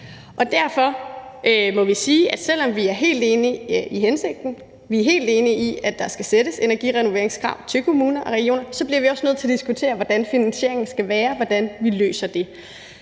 Derfor må vi sige, at selv om vi er helt enige i hensigten, og at vi er helt enige i, at der skal stilles energirenoveringskrav til kommuner og regioner, så bliver vi også nødt til at diskutere, hvordan finansieringen skal være, og hvordan vi løser det.